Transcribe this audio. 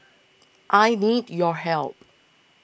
I need your help